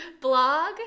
blog